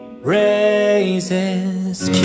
raises